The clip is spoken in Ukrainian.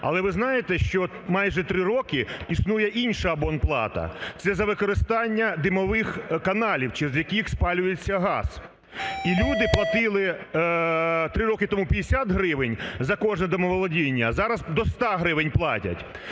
Але ви знаєте, що майже 3 роки існує інша абонплата, це за використання димових каналів, через які спалюється газ. І люди платили 3 роки тому 50 гривень за кожне домоволодіння, а зараз до 100 гривень платять.